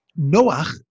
Noach